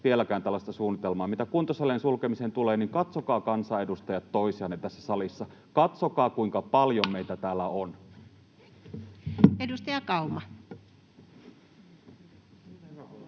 vieläkään tällaista suunnitelmaa? Mitä kuntosalien sulkemiseen tulee, niin katsokaa, kansanedustajat, toisianne tässä salissa. Katsokaa, kuinka paljon meitä täällä on.